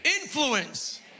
influence